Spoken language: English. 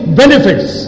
benefits